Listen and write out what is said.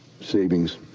savings